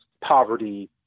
poverty